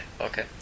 Okay